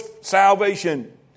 salvation